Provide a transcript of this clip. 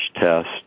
test